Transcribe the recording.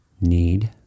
need